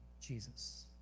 Jesus